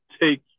take